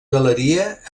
galeria